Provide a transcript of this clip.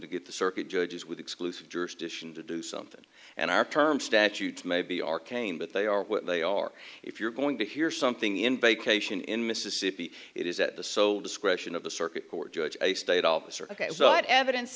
to get the circuit judges with exclusive jurisdiction to do something and our term statutes may be arcane but they are what they are if you're going to hear something in vacation in mississippi it is at the so discretion of the circuit court judge a state officer ok so what evidence